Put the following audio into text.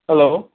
hello